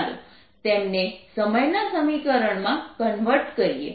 ચાલો તેમને સમયના સમીકરણમાં કન્વર્ટ કરીએ